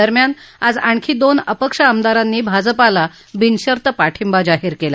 दरम्यान आज आणखी दोन अपक्ष आमदारांनी भाजपाला बिनशर्त पाठिंबा जाहीर केला